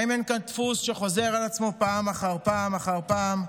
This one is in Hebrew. האם אין כאן דפוס שחוזר על עצמו פעם אחר פעם אחר פעם?